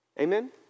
Amen